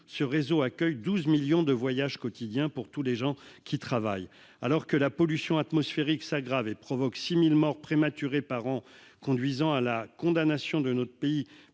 ce réseau comptabilise 12 millions de voyages quotidiens, notamment de personnes qui travaillent. Alors que la pollution atmosphérique s'aggrave et provoque 6 000 décès prématurés par an, ce qui a conduit à la condamnation de notre pays